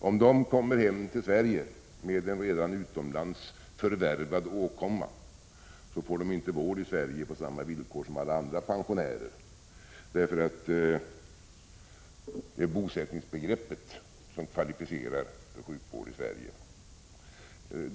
Om de kommer hem till Sverige med en redan utomlands förvärvad åkomma, så får de inte vård i Sverige på samma villkor som alla andra pensionärer, eftersom det är bosättningsbegreppet som kvalificerar för sjukvård i Sverige.